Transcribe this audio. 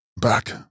Back